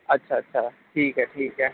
ਅੱਛਾ ਅੱਛਾ ਠੀਕ ਹੈ ਠੀਕ ਹੈ